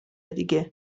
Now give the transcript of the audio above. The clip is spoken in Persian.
دیگه